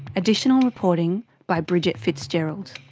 additional reporting by bridget fitzgerald.